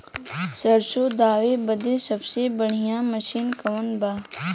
सरसों दावे बदे सबसे बढ़ियां मसिन कवन बा?